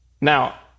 Now